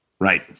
Right